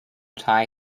tie